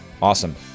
Awesome